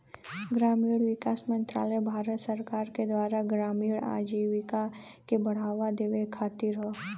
ग्रामीण विकास मंत्रालय भारत सरकार के द्वारा ग्रामीण आजीविका के बढ़ावा देवे खातिर हौ